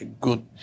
good